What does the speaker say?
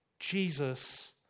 Jesus